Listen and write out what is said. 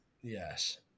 yes